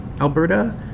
Alberta